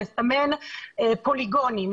לסמן פוליגונים,